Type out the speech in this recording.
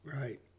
Right